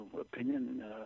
opinion